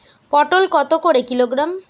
পটল কত করে কিলোগ্রাম?